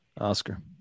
Oscar